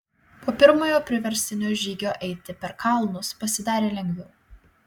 po pirmojo priverstinio žygio eiti per kalnus pasidarė lengviau